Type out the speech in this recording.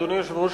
אדוני היושב-ראש,